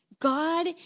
God